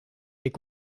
est